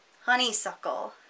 honeysuckle